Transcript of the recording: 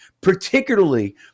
particularly